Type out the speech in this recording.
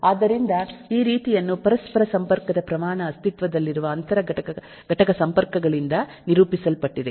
ಆದ್ದರಿಂದ ಈ ರೀತಿಯನ್ನು ಪರಸ್ಪರ ಸಂಪರ್ಕದ ಪ್ರಮಾಣ ಅಸ್ತಿತ್ವದಲ್ಲಿರುವ ಅಂತರ ಘಟಕ ಸಂಪರ್ಕಗಳಿಂದ ನಿರೂಪಿಸಲ್ಪಟ್ಟಿದೆ